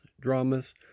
dramas